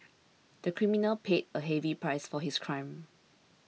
the criminal paid a heavy price for his crime